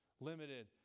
limited